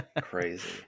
Crazy